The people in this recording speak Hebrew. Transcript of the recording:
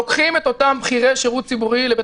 לוקחים את אותם בכירי השירות הציבורי לבית